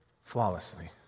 flawlessly